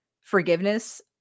forgiveness